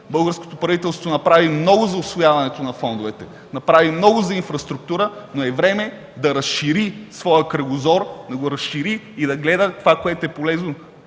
Българското правителство направи много за усвояването на фондовете, направи много за инфраструктура, но е време да разшири своя кръгозор, да го разшири и да гледа това, което е полезно